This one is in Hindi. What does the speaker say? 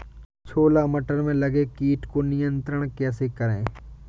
छोला मटर में लगे कीट को नियंत्रण कैसे करें?